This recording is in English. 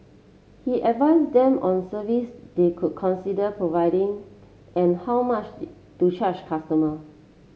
he advised them on service they could consider providing and how much to charge customer